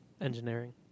engineering